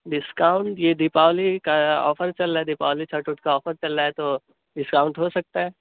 discount یہ دیپاولی کا offer چل رہا ہے دیپاولی چھٹ وٹ کا آفر چل رہا ہے تو ڈسکاؤنٹ ہو سکتا ہے